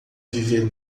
viver